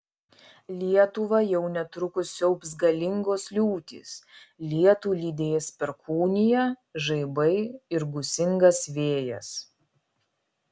lietuvą jau netrukus siaubs galingos liūtys lietų lydės perkūnija žaibai ir gūsingas vėjas